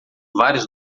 vários